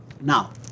Now